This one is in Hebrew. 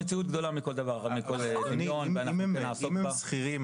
המציאות גדולה מכל דבר --- אם הם שכירים